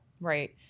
right